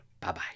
Bye-bye